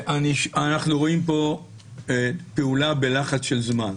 אנחנו רואים פה פעולה בלחץ של זמן.